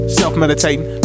self-meditating